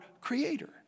creator